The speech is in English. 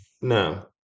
No